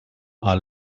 are